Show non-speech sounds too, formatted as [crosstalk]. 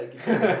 [laughs]